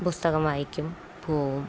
പുസ്തകം വായിക്കും പോവും